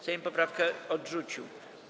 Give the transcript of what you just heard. Sejm poprawkę odrzucił.